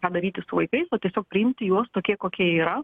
ką daryti su vaikais o tiesiog priimti juos tokie kokie yra